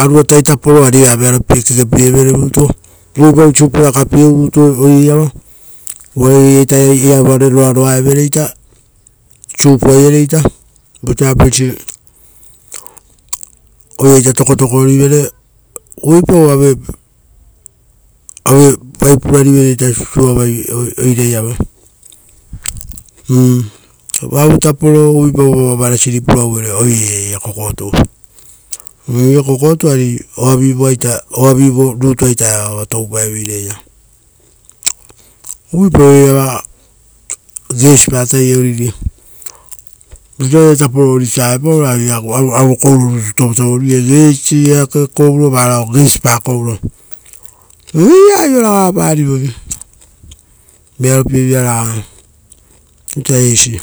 arua taii taporo ari eva vearo pie kekepie vere rutu. Uvuipau supua rakapieu rutu oira iava, uvare eirata evoa re roaroa evere ita supu aiareta, vosa apeisita oira tokotoko rivere. Uvuipau aue vaita purari vere sisiu avai oira iava. oava taporo uvuipau voava marasin purau vere oira iva eira kokotu. Eira kokotu ovivu aita oavi vu rutua ita eva ova toupee veira eira. Uvuipau oira iva gesipa tai oriri. Vosa oira tapo orisa aue pau raa oiraia aue kouu ro rutu tovotoviri vere, gesii, eake kouro varao gesipaa kouro. Eira aio raga parivoi, vearopie vira ragaa. Oisari eisi